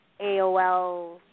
AOL